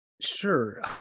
Sure